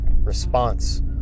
response